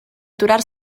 aturar